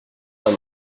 pas